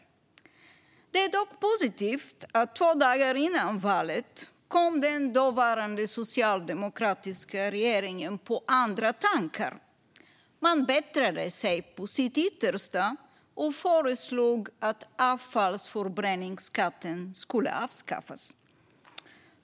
Det är dock positivt att den dåvarande socialdemokratiska regeringen två dagar före valet kom på andra tankar. Man bättrade sig på sitt yttersta och föreslog att avfallsförbränningsskatten skulle avskaffas.